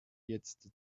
jetzt